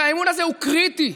והאמון הזה הוא קריטי,